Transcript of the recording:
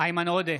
איימן עודה,